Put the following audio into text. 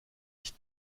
ich